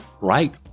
right